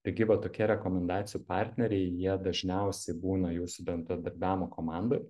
taigi va tokie rekomendacijų partneriai jie dažniausiai būna jūsų bendradarbiavimo komandoj